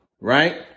right